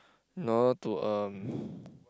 in order to um